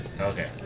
Okay